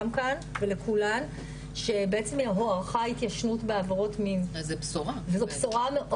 כאן שבעצם הוארכה התיישנות בעבירות מין וזו בשורה מאוד